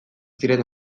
ziren